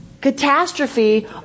catastrophe